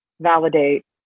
validate